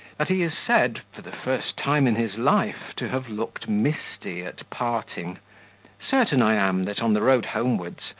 that he is said, for the first time in his life, to have looked misty at parting certain i am, that on the road homewards,